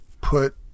put